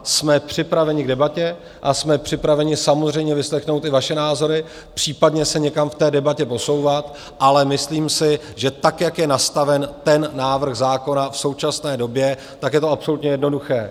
Jsme připraveni k debatě a jsme připraveni samozřejmě vyslechnout i vaše názory, případně se někam v té debatě posouvat, ale myslím si, že tak, jak je nastaven ten návrh zákona v současné době, je to absolutně jednoduché.